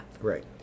Right